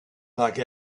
like